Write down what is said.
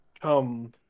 come